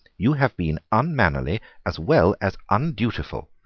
you have been unmannerly as well as undutiful.